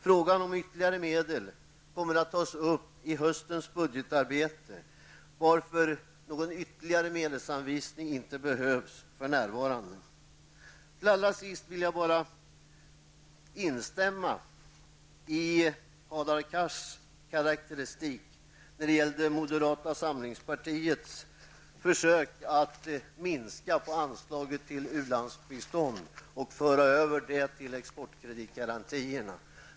Frågan om ytterligare medel kommer att tas upp i höstens budgetarbete, varför någon ytterligare medelsanvisning för närvarande inte behövs. Allra sist vill jag bara instämma i Hadar Cars karakteristik när det gällde moderata samlingspartiets försök att minska på anslaget till ulandsbistånd och föra över det till exportkreditgarantierna.